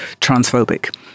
transphobic